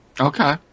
Okay